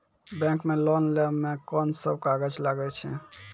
Bank मे loan लै मे कोन सब कागज लागै छै?